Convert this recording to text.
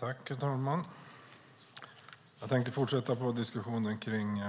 Herr talman! Jag tänkte fortsätta diskussionen kring